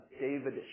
David